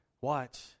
watch